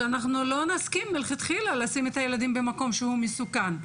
שאנחנו לא נסכים מלכתחילה לשים את הילדים במקום שהוא מסוכן.